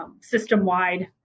system-wide